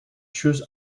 chose